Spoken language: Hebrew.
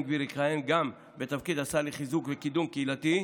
גביר יכהן גם בתפקיד השר לחיזוק וקידום קהילתי,